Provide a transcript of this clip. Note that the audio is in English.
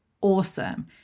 awesome